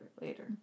later